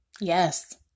yes